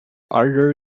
harder